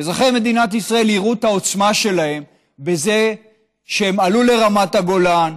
אזרחי מדינת ישראל הראו את העוצמה שלהם בזה שהם עלו לרמת הגולן,